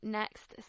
next